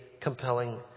compelling